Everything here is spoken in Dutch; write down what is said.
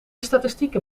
statistieken